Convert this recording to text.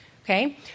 Okay